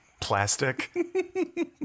plastic